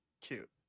Cute